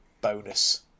bonus